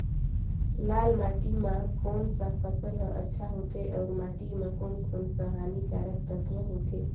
लाल माटी मां कोन सा फसल ह अच्छा होथे अउर माटी म कोन कोन स हानिकारक तत्व होथे?